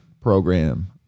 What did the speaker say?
program